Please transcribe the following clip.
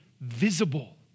visible